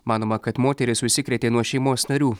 manoma kad moteris užsikrėtė nuo šeimos narių